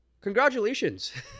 congratulations